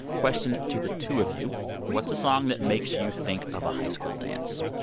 question to the two of you what's a song that makes you think of a high school dance?